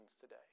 today